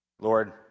Lord